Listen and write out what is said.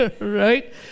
right